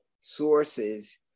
sources